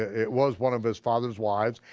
it was one of his father's wives,